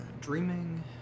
dreaming